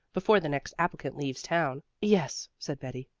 before the next applicant leaves town. yes, said betty.